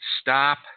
stop